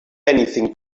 anything